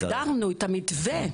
הגדרנו את המתווה,